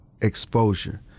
exposure